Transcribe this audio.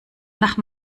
nach